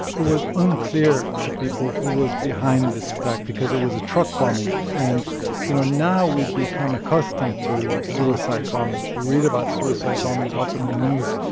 it was unclear to people who was behind this attack because it was a truck bombing. and you know, now we've become accustomed to suicide bombings. we read about suicide bombings often in the news.